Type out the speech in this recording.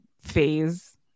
phase